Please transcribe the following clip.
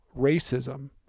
racism